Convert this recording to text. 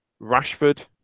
Rashford